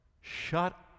shut